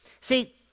See